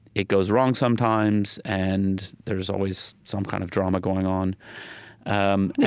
it goes wrong sometimes, and there's always some kind of drama going on um